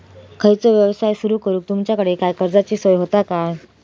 खयचो यवसाय सुरू करूक तुमच्याकडे काय कर्जाची सोय होता काय?